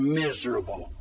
miserable